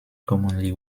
commonly